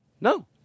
No